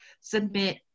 submit